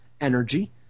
energy